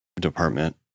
department